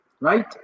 right